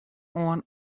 oan